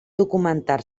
documentar